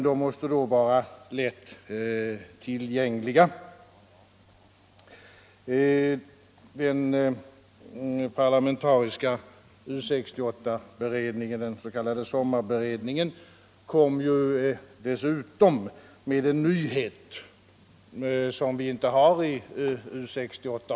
De måste då vara lättillgängliga. Den parlamentariska U 68-beredningen, den s.k. sommarberedningen, kom dessutom med ett förslag som inte fanns med i U 68.